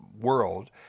world